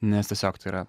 nes tiesiog tai yra